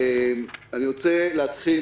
אני רוצה להתחיל